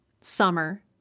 Summer